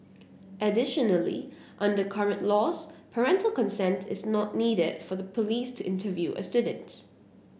additionally under current laws parental consent is not needed for the police to interview a student